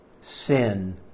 sin